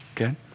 okay